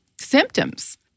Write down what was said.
symptoms